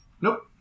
Nope